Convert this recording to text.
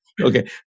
Okay